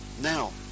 Now